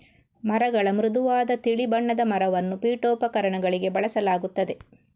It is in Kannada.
ಮರಗಳ ಮೃದುವಾದ ತಿಳಿ ಬಣ್ಣದ ಮರವನ್ನು ಪೀಠೋಪಕರಣಗಳಿಗೆ ಬಳಸಲಾಗುತ್ತದೆ